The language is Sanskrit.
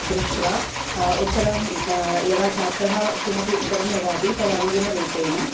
दृष्ट्वा उत्तरं यदा छात्रः किमपि उत्तरं ददाति तदनुगुणरूपेण